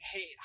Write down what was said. Hey